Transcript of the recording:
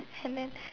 and then